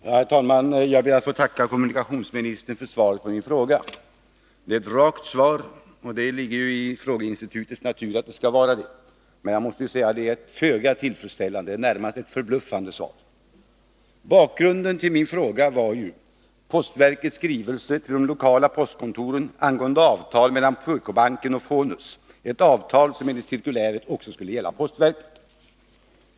Herr talman! Jag ber att få tacka kommunikationsministern för svaret på min fråga. Det är ett rakt svar, och det ligger i frågeinstitutets natur att det så skall vara. Men det är ett föga tillfredsställande, ja, nästan förbluffande svar. Bakgrunden till min fråga var postverkets skrivelse till de lokala postkontoren angående avtal mellan PKbanken och Fonus, ett avtal som enligt cirkuläret också skulle gälla postverket.